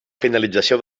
finalització